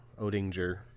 Odinger